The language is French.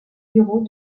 bureaux